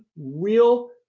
real